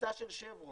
הכניסה של שברון,